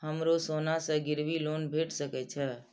हमरो सोना से गिरबी लोन भेट सके छे?